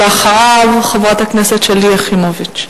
אחריו, חברת הכנסת שלי יחימוביץ,